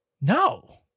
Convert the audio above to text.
No